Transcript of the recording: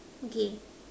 okay